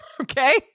Okay